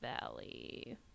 Valley